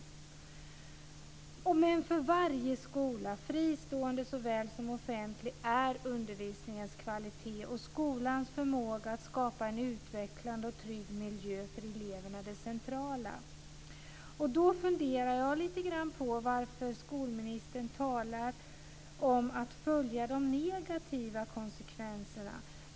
För varje skola, fristående såväl som offentlig, är undervisningens kvalitet och skolans förmåga att skapa en utvecklande och trygg miljö för eleverna det centrala. Då funderar jag lite grann på varför skolministern talar om att följa de negativa konsekvenserna.